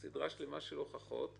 סדרה שלמה של הוכחות,